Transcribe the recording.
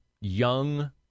young